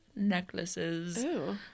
necklaces